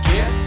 Get